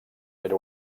era